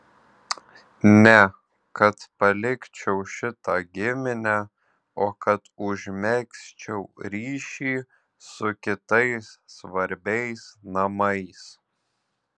ne kad palikčiau šitą giminę o kad užmegzčiau ryšį su kitais svarbiais namais